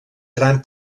gran